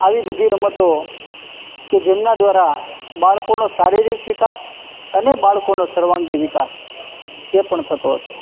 આવી બધી રમતો કે જેમના દ્વારા બાળકોનો શારીરિક વિકાસ અને બાળકોનો સર્વાંગીય વિકાસ જે પણ થતો હતો